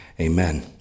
amen